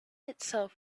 itself